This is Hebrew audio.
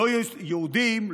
יהודים,